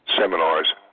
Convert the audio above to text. seminars